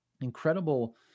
incredible